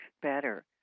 better